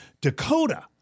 Dakota